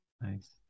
Nice